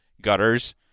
gutters